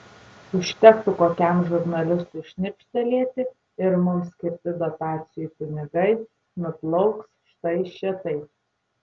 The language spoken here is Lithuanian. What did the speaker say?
užtektų kokiam žurnalistui šnipštelėti ir mums skirti dotacijų pinigai nuplauks štai šitaip